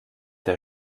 der